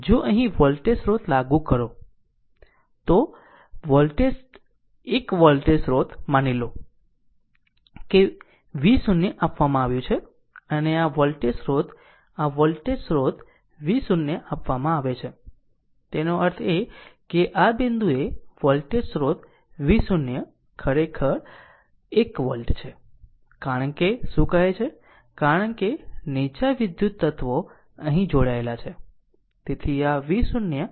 હવે જો અહીં વોલ્ટેજ સ્ત્રોત લાગુ કરો તો વોલ્ટેજ 1 વોલ્ટેજ સ્રોત માની લો કે V0 આપવામાં આવ્યું છે અને આ વોલ્ટેજ સ્ત્રોત આ વોલ્ટેજ સ્રોત V0 આપવામાં આવે છે તેનો અર્થ એ કે આ બિંદુએ આ વોલ્ટેજ સ્રોત V0 ખરેખર 1 વોલ્ટ છે કારણ કે શું કહે છે કારણ કે નીચા વિદ્યુત તત્વો અહીં જોડાયેલા છે